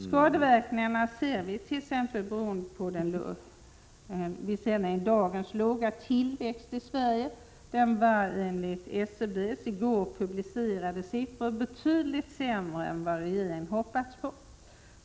Skadeverkningarna ser vi redan i dagens låga tillväxt i Sverige. Den var enligt SCB:s i går publicerade siffror betydligt sämre än vad regeringen hoppats på.